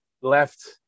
left